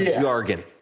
jargon